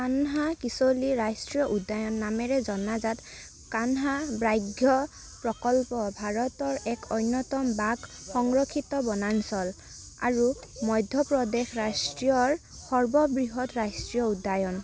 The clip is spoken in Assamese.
কানহাকিছলি ৰাষ্ট্ৰীয় উদ্যান নামেৰে জনাজাত কানহা ব্ৰাঘ্য় প্ৰকল্প ভাৰতৰ এক অন্যতম বাঘ সংৰক্ষিত বনাঞ্চল আৰু মধ্যপ্ৰদেশ ৰাষ্ট্ৰীয় সৰ্ববৃহৎ ৰাষ্ট্ৰীয় উদ্যান